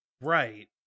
Right